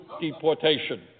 deportation